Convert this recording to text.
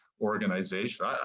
organization